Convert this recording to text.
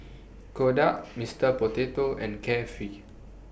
Kodak Mister Potato and Carefree